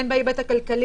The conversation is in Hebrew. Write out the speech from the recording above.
הן בהיבט הכלכלי,